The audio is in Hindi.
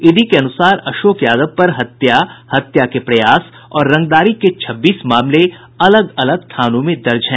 ईडी के अनुसार अशोक यादव पर हत्या हत्या के प्रयास और रंगदारी के छब्बीस मामले अलग अलग थानों में दर्ज है